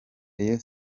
rayon